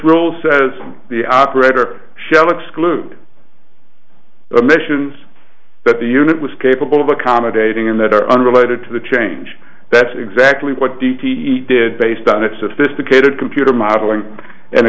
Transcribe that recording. rule says the operator shall exclude the missions that the unit was capable of accommodating in that are unrelated to the change that's exactly what d t e did based on it sophisticated computer modeling and